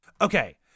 Okay